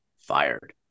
fired